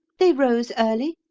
they rose early,